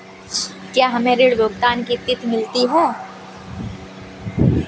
क्या हमें ऋण भुगतान की तिथि मिलती है?